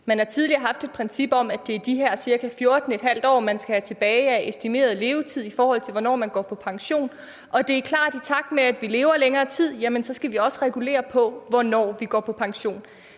Der har tidligere været et princip om, at det er de her ca. 14½ år, man skal have tilbage af estimeret levetid, i forhold til hvornår man går på pension. Og det er klart, at i takt med at vi lever længere, jamen så skal der også reguleres på, hvornår vi går på pension.